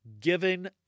given